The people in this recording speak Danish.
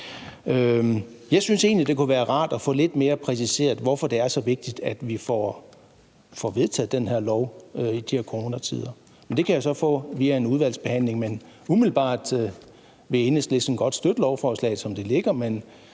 Jeg synes egentlig, det kunne være rart at få lidt mere præciseret, hvorfor det er så vigtigt at få vedtaget det her lovforslag i de her coronatider, men det kan jeg så få via en udvalgsbehandling. Umiddelbart vil Enhedslisten godt støtte lovforslaget, som det ligger,